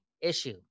issue